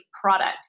product